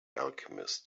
alchemist